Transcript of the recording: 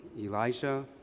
Elijah